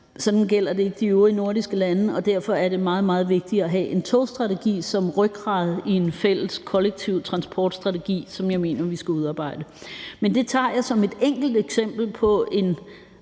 Sådan er det ikke i de øvrige nordiske lande, og derfor er det meget, meget vigtigt at have en togstrategi som rygrad i en fælles, kollektiv transportstrategi, som jeg mener vi skal udarbejde. Det tager jeg som et enkelt eksempel på en